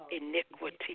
iniquity